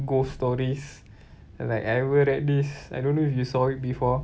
ghost stories like I ever read this I don't know if you saw it before